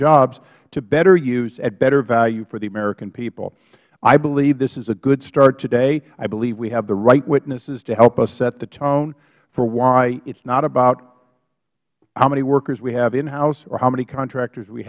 jobs to better use at better value for the american people i believe this is a good start today i believe we have the right witnesses to help us set the tone for why it is not about how many workers we have inhouse or how many contractors we